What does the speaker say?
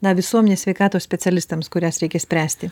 na visuomenės sveikatos specialistams kurias reikia spręsti